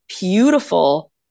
beautiful